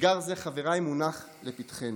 אתגר זה, חבריי, מונח לפתחנו.